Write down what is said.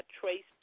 traced